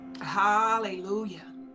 Hallelujah